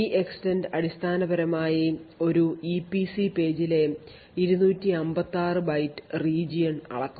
EEXTEND അടിസ്ഥാനപരമായി ഒരു EPC പേജിലെ 256 ബൈറ്റ് region അളക്കും